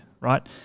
right